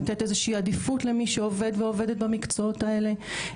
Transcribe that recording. לתת איזו שהיא עדיפות למי שעובד ועובדת במקצועות האלה,